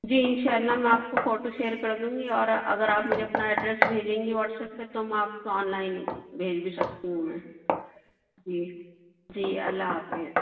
جی ان شاء اللہ میں آپ کو فوٹو شیئر کر دوں گی اور اگر آپ مھے اپنا ایڈریس بھیجیں گی واٹسپ پہ تو میں آپ کو آن لائن بھیج بھی سکتی ہوں میں جی جی اللہ حافظ